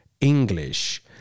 english